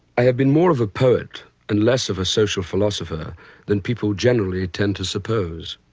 i have been more of a poet and less of a social philosopher than people generally tend to suppose.